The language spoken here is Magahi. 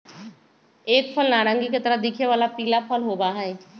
एक फल नारंगी के तरह दिखे वाला पीला फल होबा हई